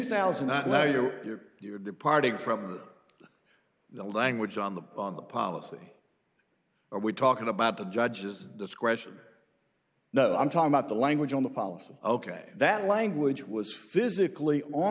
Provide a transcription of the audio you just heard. thousand not well you're you're departing from the language on the on the policy are we talking about the judge's discretion no i'm talking about the language on the policy ok that language was physically on